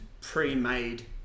pre-made